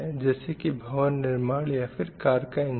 जैसे की भवन निर्माण या फिर कार का एंजिन